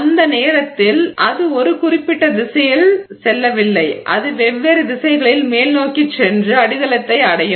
அந்த நேரத்தில் அது ஒரு குறிப்பிட்ட திசையில் செல்லவில்லை அது வெவ்வேறு திசைகளில் மேல்நோக்கிச் சென்று அடித்தளத்தை அடையும்